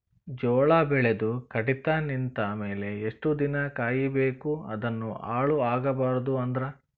ಜೋಳ ಬೆಳೆದು ಕಡಿತ ನಿಂತ ಮೇಲೆ ಎಷ್ಟು ದಿನ ಕಾಯಿ ಬೇಕು ಅದನ್ನು ಹಾಳು ಆಗಬಾರದು ಅಂದ್ರ?